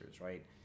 right